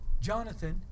Jonathan